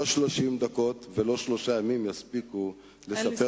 לא 30 דקות ולא שלושה ימים יספיקו לספר